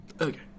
Okay